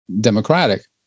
democratic